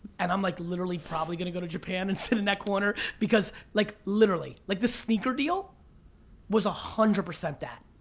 and i'm like literally probably gonna go to japan and sit in that corner because like literally, like this sneaker deal was one ah hundred percent that.